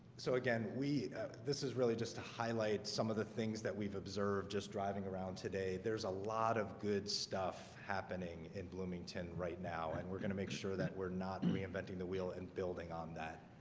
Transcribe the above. so again, we this is really just to highlight some of the things that we've observed just driving around today there's a lot of good stuff happening in bloomington right now and we're gonna make sure that we're not reinventing the wheel and building on that